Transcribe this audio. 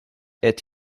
est